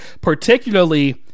particularly